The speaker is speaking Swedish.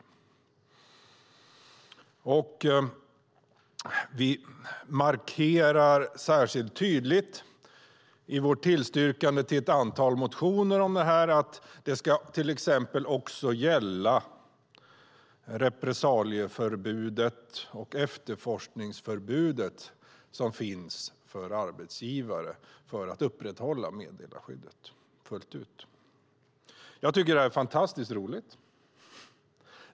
Utskottet markerar särskilt tydligt i denna fråga i sitt tillstyrkande av ett antal motioner, nämligen att meddelarskyddet ska omfatta till exempel repressalieförbud och efterforskningsförbud för arbetsgivare. Det här är fantastiskt roligt.